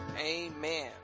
Amen